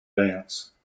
dance